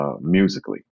musically